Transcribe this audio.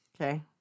Okay